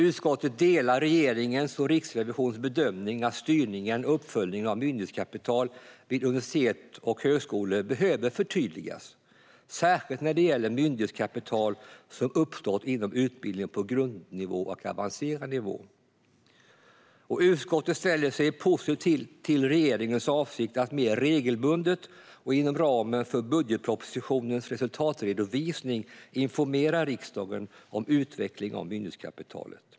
Utskottet delar regeringens och Riksrevisionens bedömning att styrningen och uppföljningen av myndighetskapital vid universitet och högskolor behöver förtydligas, särskilt när det gäller det myndighetskapital som uppstått inom utbildning på grundnivå och avancerad nivå. Utskottet ställer sig positivt till regeringens avsikt att mer regelbundet och inom ramen för budgetpropositionens resultatredovisning informera riksdagen om utvecklingen av myndighetskapitalet.